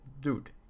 dude